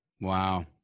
wow